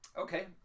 Okay